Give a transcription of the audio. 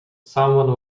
someone